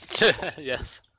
Yes